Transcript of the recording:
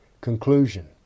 Conclusion